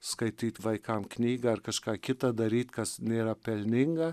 skaityt vaikam knygą ar kažką kitą daryt kas nėra pelninga